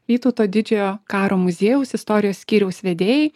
vytauto didžiojo karo muziejaus istorijos skyriaus vedėjai